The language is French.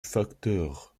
facteur